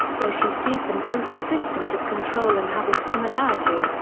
though she sees them both as systems of control and having similarities,